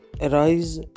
arise